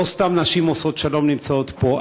לא סתם נשים עושות שלום נמצאות פה.